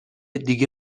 دیگه